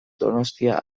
donostia